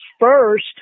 first